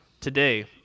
Today